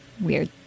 weird